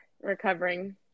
recovering